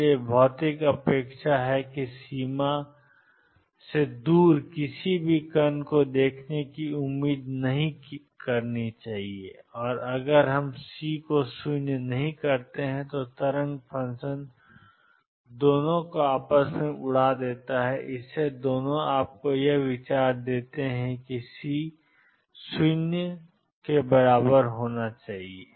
इसलिए भौतिक अपेक्षा है कि हम सीमा से दूर किसी भी कण को देखने की उम्मीद नहीं करते हैं और अगर हम सी को शून्य नहीं रखते हैं तो तरंग फ़ंक्शन उड़ाता है दोनों आपको यह विचार देते हैं कि सी को 0 बनाया जाना चाहिए